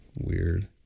Weird